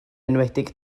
enwedig